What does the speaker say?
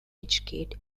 educate